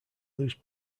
lose